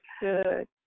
Good